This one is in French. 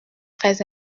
très